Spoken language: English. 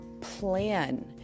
plan